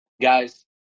guys